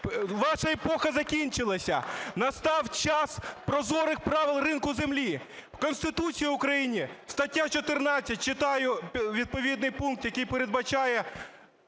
ваша епоха закінчилася, настав час прозорих правил ринку землі. В Конституції України стаття 14, читаю відповідний пункт, який передбачає